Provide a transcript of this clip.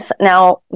now